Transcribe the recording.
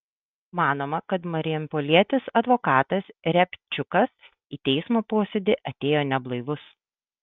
manoma kad marijampolietis advokatas riabčiukas į teismo posėdį atėjo neblaivus